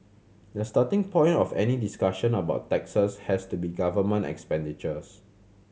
the starting point of any discussion about taxes has to be government expenditures